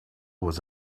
was